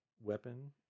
Weapon